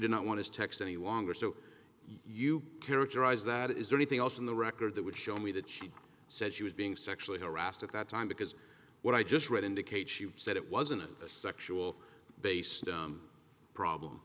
did not want to text any longer so you characterize that is there anything else in the record that would show me that she said she was being sexually harassed at that time because what i just read indicates she said it wasn't a sexual based problem